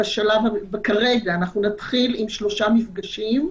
כרגע אנחנו נתחיל עם שלושה מפגשים,